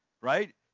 right